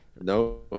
No